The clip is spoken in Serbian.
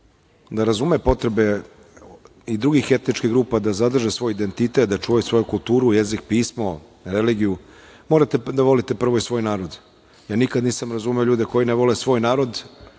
da razume potreba i drugih etničkih grupa da zadrže svoj identitet, da čuvaju svoju kulturu, jezik, pismo, religiju, morate da volite prvo svoj narod. Ja nikada nisam razumeo ljude koji ne vole svoj narod